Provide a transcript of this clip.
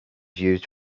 used